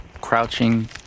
crouching